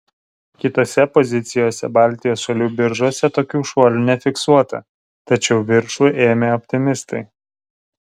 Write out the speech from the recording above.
kitose pozicijose baltijos šalių biržose tokių šuolių nefiksuota tačiau viršų ėmė optimistai